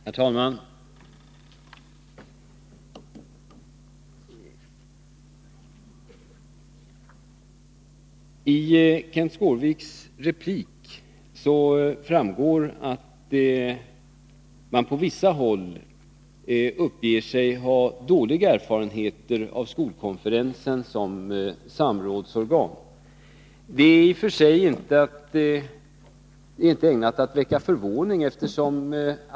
Herr talman! Av Kenth Skårviks replik framgick att man på vissa håll uppger sig ha dåliga erfarenheter av skolkonferensen som samrådsorgan. Det är inte ägnat att väcka förvåning.